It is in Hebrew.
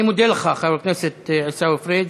אני מודה לך, חבר הכנסת עיסאווי פריג'.